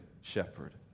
shepherd